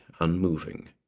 unmoving